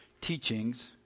teachings